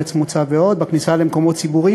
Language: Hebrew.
ארץ מוצא ועוד בכניסה למקומות ציבוריים